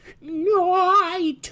Night